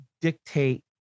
dictate